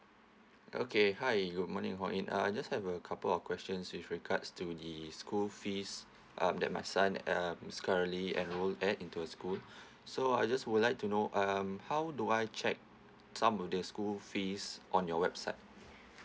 okay hi good morning hong hing uh I just have a couple of questions with regards to the school fees um that my son um is currently enroll at into a school so I just would like to know um how do I check some of the school fees on your website